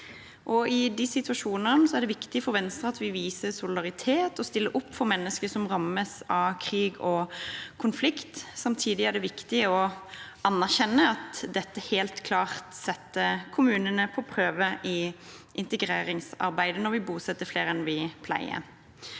I de situasjonene er det viktig for Venstre at vi viser solidaritet og stiller opp for mennesker som rammes av krig og konflikt. Samtidig er det viktig å anerkjenne at det helt klart setter kommunene på prøve i integreringsarbeidet når vi bosetter flere enn vi pleier.